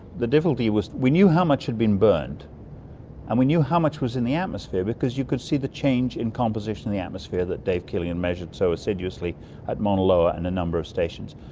the difficulty was, we knew how much had been burned and we knew how much was in the atmosphere because you could see the change in composition in the atmosphere that dave keeling had and measured so assiduously at mauna loa and a number of stations,